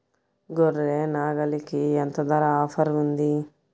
గొర్రె, నాగలికి ఎంత ధర ఆఫర్ ఉంది?